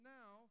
now